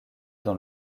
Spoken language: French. dans